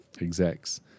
execs